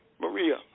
Maria